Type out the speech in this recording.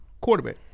quarterback